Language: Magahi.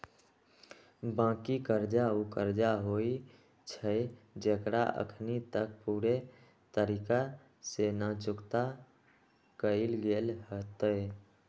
बाँकी कर्जा उ कर्जा होइ छइ जेकरा अखनी तक पूरे तरिका से न चुक्ता कएल गेल होइत